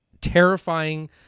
terrifying